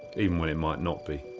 even when it might not be.